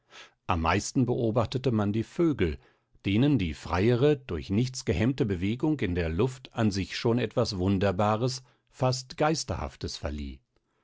am meisten beobachtete man die vögel denen die freiere durch nichts gehemmte bewegung in der luft an sich schon etwas wunderbares fast geisterhaftes verlieh